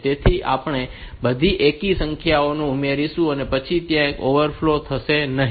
તેથી આપણે બધી બેકી સંખ્યાઓ ઉમેરીશું પછી ત્યાં કોઈ ઓવરફ્લો થશે નહીં